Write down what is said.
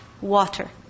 water